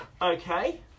Okay